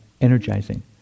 energizing